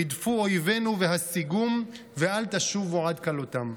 רדפו אויבינו והשיגום ואל תשובו עד כלותם.